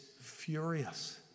furious